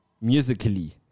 musically